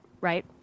right